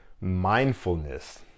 Mindfulness